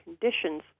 conditions